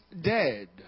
dead